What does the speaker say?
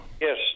yes